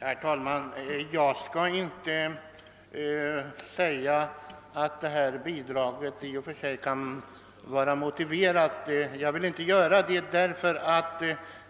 Herr talman! Jag skall inte säga att inte en 25-procentig höjning av det extra mjölkpristillägget i och för sig kan vara motiverad.